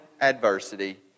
adversity